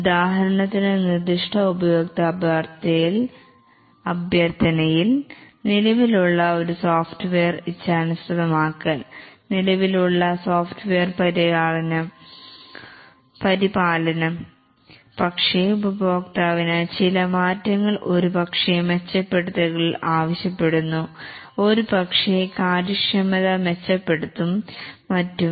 ഉദാഹരണത്തിന് നിർദിഷ്ട ഉപഭോക്ത്യ അഭ്യർത്ഥന യിൽ നിലവിലുള്ള ഒരു സോഫ്റ്റ്വെയർ ഇച്ഛാനുസൃതമാക്കൽ നിലവിലുള്ള സോഫ്റ്റ്വെയർ പരിപാലനം പക്ഷേ ഉപഭോക്താവിന് ചില മാറ്റങ്ങൾ ഒരുപക്ഷേ മെച്ചപ്പെടുത്തലുകൾ ആവശ്യപ്പെടുന്നു ഒരുപക്ഷേ കാര്യക്ഷമത മെച്ചപ്പെടുത്തും മറ്റും